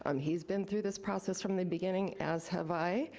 um he's been through this process from the beginning, as have i.